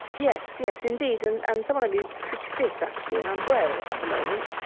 yes, yes, indeed and and somebody who's pretty fit actually and i'm well at the moment.